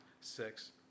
Six